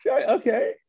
okay